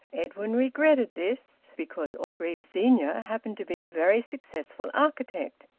edwin regretted this, because orgreave senior happened to be a very successful architect,